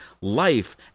life